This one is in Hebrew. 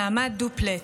נעמה דופלט,